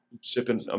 sipping